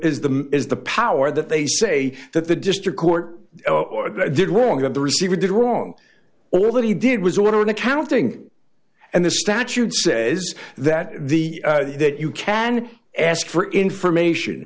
is the is the power that they say that the district court did wrong and the receiver did wrong or that he did was order an accounting and the statute says that the that you can ask for information